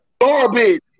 Garbage